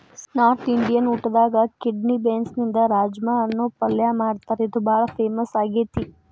north Indian ಊಟದಾಗ kidney ಬೇನ್ಸ್ನಿಂದ ರಾಜ್ಮಾ ಅನ್ನೋ ಪಲ್ಯ ಮಾಡ್ತಾರ ಇದು ಬಾಳ ಫೇಮಸ್ ಆಗೇತಿ